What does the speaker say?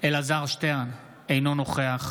אלעזר שטרן, אינו נוכח